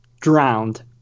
Drowned